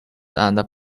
and